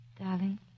Darling